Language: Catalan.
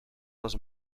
les